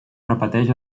repeteix